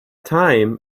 time